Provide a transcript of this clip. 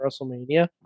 WrestleMania